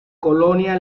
colonia